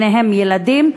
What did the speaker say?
בהם ילדים,